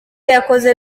yakoze